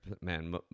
man